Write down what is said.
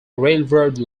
railroad